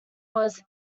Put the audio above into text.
was